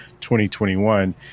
2021